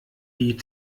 die